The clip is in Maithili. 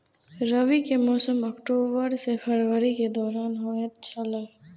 रबी के मौसम अक्टूबर से फरवरी के दौरान होतय छला